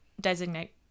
designate